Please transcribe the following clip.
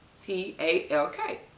T-A-L-K